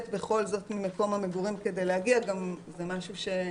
כמו שאמרתי,